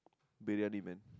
Briyani man